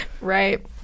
Right